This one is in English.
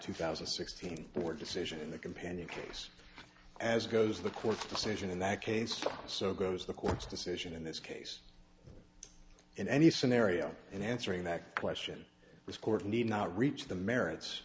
two thousand and sixteen four decision in the companion case as goes the court's decision in that case so goes the court's decision in this case in any scenario in answering that question this court need not reach the merits